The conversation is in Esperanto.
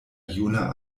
juna